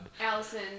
Allison